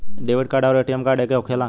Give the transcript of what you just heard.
Debit card आउर ATM card एके होखेला?